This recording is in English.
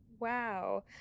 Wow